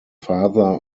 father